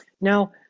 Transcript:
Now